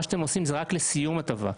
מה שאתם עושים זה רק לסיום הטבה.